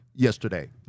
Yesterday